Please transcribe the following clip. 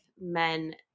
men